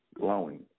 glowing